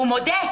הוא מודה.